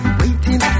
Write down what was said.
waiting